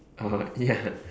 oh ya